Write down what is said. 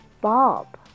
bob